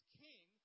king